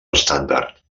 estàndard